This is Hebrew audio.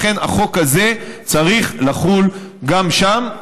לכן החוק הזה צריך לחול גם שם.